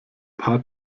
paar